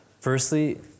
Firstly